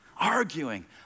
Arguing